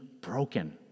broken